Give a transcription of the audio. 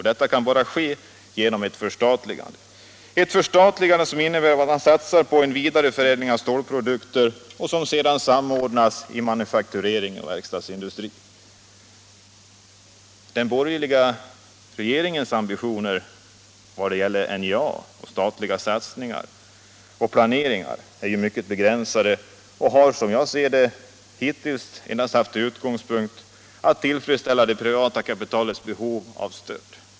Detta kan bara ske genom ett förstatligande, som innebär att man satsar på en vidare förädling av stålprodukter vilken sedan samordnas inom manufakturering och verkstadsindustri. Den borgerliga regeringens ambitioner vad beträffar NJA och statliga satsningar och planeringar är mycket begränsade och har, som jag ser det, endast haft till utgångspunkt att tillfredsställa det privata kapitalets behov av stöd.